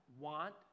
Want